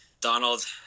Donald